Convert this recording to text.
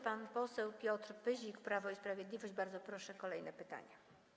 Pan poseł Piotr Pyzik, Prawo i Sprawiedliwość, bardzo proszę, kolejne pytanie.